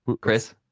Chris